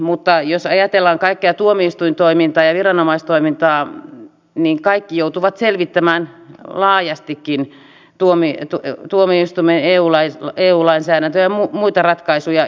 mutta jos ajatellaan kaikkea tuomioistuintoimintaa ja viranomaistoimintaa niin kaikki joutuvat selvittämään laajastikin tuomioistuimen eu lainsäädäntö ja muita ratkaisuja